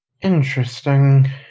Interesting